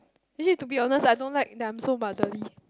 actually to be honest I don't like that I'm so motherly